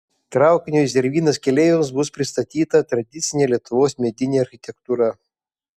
traukinio į zervynas keleiviams bus pristatyta tradicinė lietuvos medinė architektūra